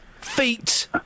feet